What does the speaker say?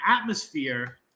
atmosphere